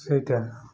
ସେଇଟା